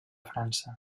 frança